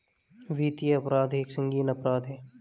वित्तीय अपराध एक संगीन अपराध है